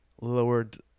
lowered